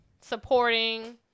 supporting